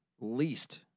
least